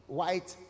white